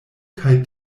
kaj